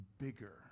bigger